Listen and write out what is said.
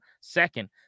second